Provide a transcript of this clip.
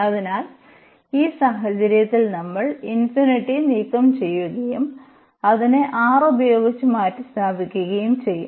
അതിനാൽ ഈ 3 സാഹചര്യത്തിൽ നമ്മൾ നീക്കം ചെയ്യുകയും അതിനെ R ഉപയോഗിച്ച് മാറ്റിസ്ഥാപിക്കുകയും ചെയ്യുo